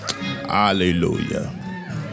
hallelujah